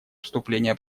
вступления